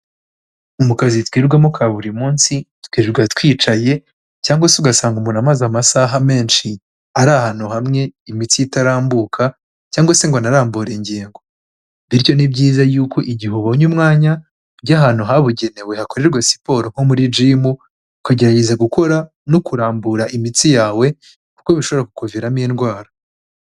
Mu kazi twirwamo ka buri munsi turirwa twicaye, cyangwa se ugasanga umuntu amaze amasaha menshi, ari ahantu hamwe, imitsi ye itarambuka, cyangwa se ngo unarambure ingingo. Bityo ni byiza yuko igihe ubonye umwanya, ujya ahantu habugenewe hakorerwa siporo nko muri jimu, ukagerageza gukora no kurambura imitsi yawe, kuko bishobora kukuviramo indwara.